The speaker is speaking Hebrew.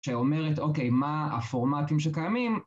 שאומרת, אוקיי. מה הפורמטים שקיימים?